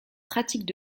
pratiques